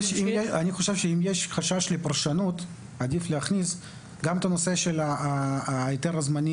חושב שאם יש חשש לפרשנות עדיף להכניס גם את הנושא של ההיתר הזמני,